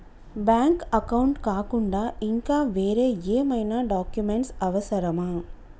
Bank account కాకుండా ఇంకా వేరే ఏమైనా డాక్యుమెంట్స్ అవసరమా?